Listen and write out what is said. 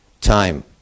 time